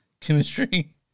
chemistry